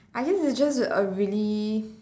I guess you're just a really